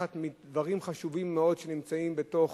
לקחת מדברים חשובים מאוד שנמצאים בתוך